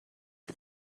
the